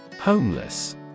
Homeless